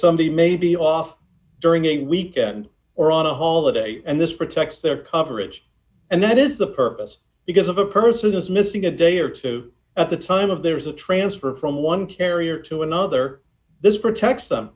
somebody may be off during a weekend or on a holiday and this protects their coverage and that is the purpose because of a person who is missing a day or two at the time of there is a transfer from one carrier to another this protects them